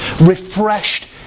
refreshed